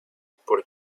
por